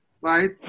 right